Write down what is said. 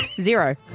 Zero